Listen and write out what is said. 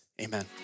Amen